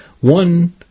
one